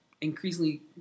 increasingly